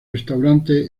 restaurante